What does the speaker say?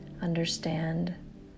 understand